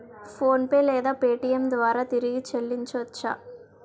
PhonePe లేదా Paytm ద్వారా తిరిగి చల్లించవచ్చ?